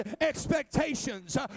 expectations